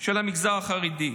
של המגזר החרדי.